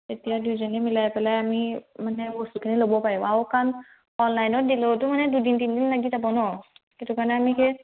তেতিয়া দুইজনী মিলাই পেলাই আমি মানে বস্তুখিনি ল'ব পাৰিম আৰু কাণ অনলাইনত দিলেওতো মানে দুদিন তিনদিন লাগি যাব ন সেইটো কাৰণে আমি কি